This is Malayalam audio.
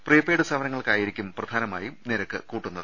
പ്രീ പെയ്ഡ് സേവനങ്ങൾക്കായിരിക്കും പ്രധാന മായും നിരക്ക് കൂട്ടുന്നത്